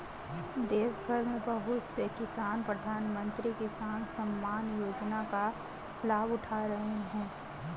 देशभर में बहुत से किसान प्रधानमंत्री किसान सम्मान योजना का लाभ उठा रहे हैं